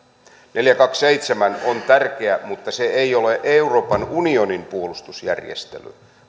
neljäkymmentäkaksi piste seitsemän on tärkeä mutta se ei ole euroopan unionin puolustusjärjestely